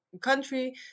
country